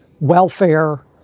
welfare